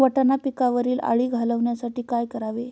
वाटाणा पिकावरील अळी घालवण्यासाठी काय करावे?